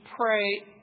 pray